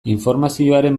informazioaren